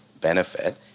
benefit